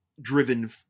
driven